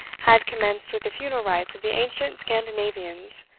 had commenced with the funeral rites of the ancient scandinavians,